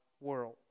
world